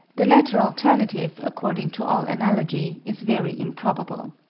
the latter alternative, according to all analogy, is very improbable.